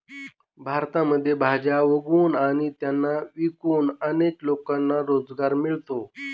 भारतामध्ये भाज्या उगवून आणि त्यांना विकून अनेक लोकांना रोजगार मिळतो